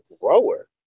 grower